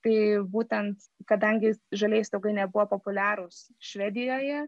tai būtent kadangi žalieji stogai nebuvo populiarūs švedijoje